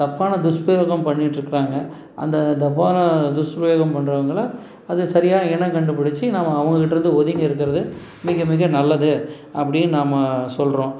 தப்பான துஷ்பிரயோகம் பண்ணிகிட்டிருக்குறாங்க அந்த தப்பான துஷ்பிரயோகம் பண்றவங்களை அது சரியாக என்ன கண்டுபிடிச்சு நம்ம அவங்ககிட்டேருந்து ஒதுங்கி இருக்கிறது மிக மிக நல்லது அப்படின்னு நாம சொல்கிறோம்